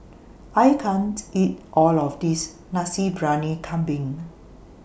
I can't eat All of This Nasi Briyani Kambing